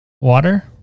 water